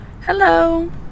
hello